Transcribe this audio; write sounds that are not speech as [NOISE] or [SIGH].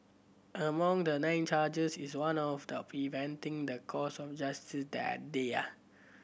among the nine charges is one of the preventing the course of justice that day [UNINTELLIGIBLE]